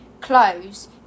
clothes